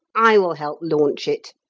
i will help launch it,